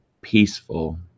peaceful